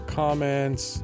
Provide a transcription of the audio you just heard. comments